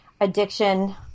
addiction